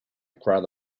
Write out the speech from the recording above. crowd